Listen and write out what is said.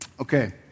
Okay